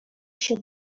się